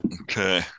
okay